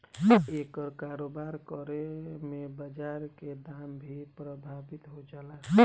एकर कारोबार करे में बाजार के दाम भी प्रभावित हो जाला